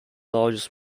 largest